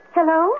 Hello